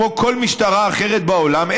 כמו כל משטרה אחרת בעולם,